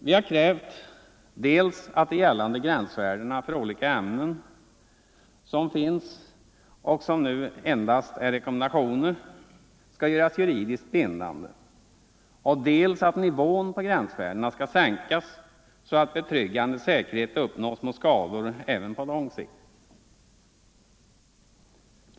Vi har krävt dels att de gällande gränsvärdena för olika ämnen som finns och som nu endast är rekommendationer skall göras juridiskt bindande, dels att nivån på gränsvärdena skall sänkas så att betryggande säkerhet uppnås mot skador även på lång sikt.